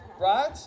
right